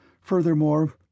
Furthermore